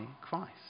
Christ